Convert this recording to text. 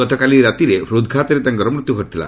ଗତକାଲି ରାତିରେ ହୃଦ୍ଘାତରେ ତାଙ୍କର ମୃତ୍ୟୁ ଘଟିଥିଲା